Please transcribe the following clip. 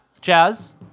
Jazz